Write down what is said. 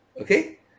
okay